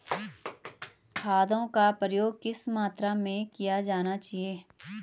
खादों का प्रयोग किस मात्रा में किया जाना चाहिए?